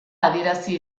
adierazi